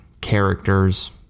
characters